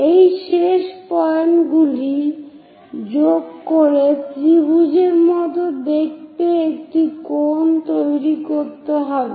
এই শেষপয়েন্টগুলি যোগ করে ত্রিভুজের মত দেখতে একটি কোন তৈরি করতে হবে